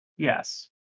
Yes